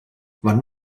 wann